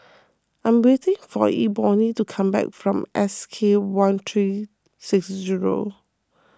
I am waiting for Ebony to come back from S K one three six zero